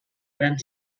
gran